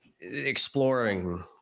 exploring